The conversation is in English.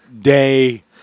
day